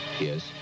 Yes